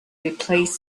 replace